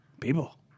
People